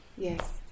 yes